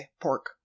pork